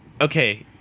Okay